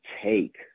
take